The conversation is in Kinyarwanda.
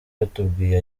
batubwiye